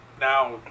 now